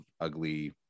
ugly